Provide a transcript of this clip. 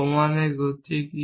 প্রমাণের গতি কি